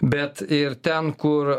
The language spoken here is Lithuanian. bet ir ten kur